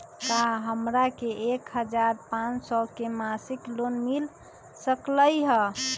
का हमरा के एक हजार पाँच सौ के मासिक लोन मिल सकलई ह?